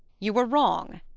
you were wrong.